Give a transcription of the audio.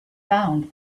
found